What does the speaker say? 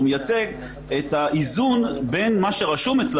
הוא מייצג את האיזון בין מה שרשום אצלה